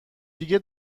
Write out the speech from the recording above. دیگه